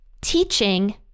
teaching